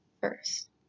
first